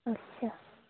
अच्छा